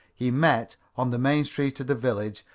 he met, on the main street of the village,